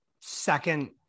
second